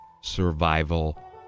survival